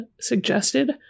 suggested